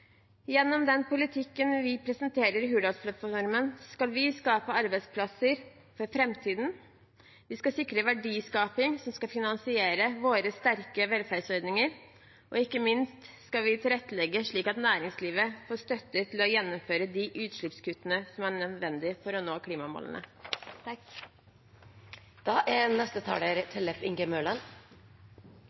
Gjennom den politikken regjeringen presenterer i Hurdalsplattformen, skal vi skape arbeidsplasser for framtiden. Vi skal sikre verdiskaping som skal finansiere våre sterke velferdsordninger, og ikke minst skal vi tilrettelegge slik at næringslivet får støtte til å gjennomføre de utslippskuttene som er nødvendig for å nå klimamålene.